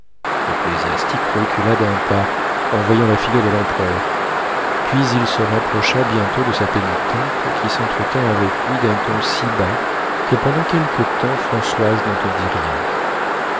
l'ecclésiastique recula d'un pas en voyant la figure de l'empereur puis il se rapprocha bientôt de sa pénitente qui s'entretint avec lui d'un ton si bas que pendant quelque temps françoise n'entendit rien